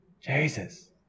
Jesus